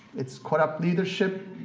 its corrupt leadership,